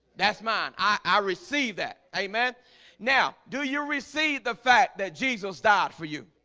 that's mine i receive that amen now do you receive the fact that jesus died for you?